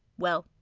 well,